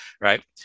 right